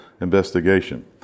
investigation